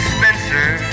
Spencer